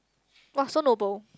[wah] so noble